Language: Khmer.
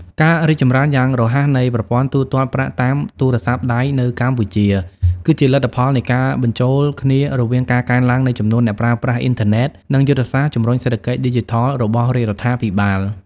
ការរីកចម្រើនយ៉ាងរហ័សនៃប្រព័ន្ធទូទាត់ប្រាក់តាមទូរស័ព្ទដៃនៅកម្ពុជា គឺជាលទ្ធផលនៃការបញ្ចូលគ្នារវាងការកើនឡើងនៃចំនួនអ្នកប្រើប្រាស់អ៊ីនធឺណិត និងយុទ្ធសាស្ត្រជម្រុញសេដ្ឋកិច្ចឌីជីថលរបស់រាជរដ្ឋាភិបាល។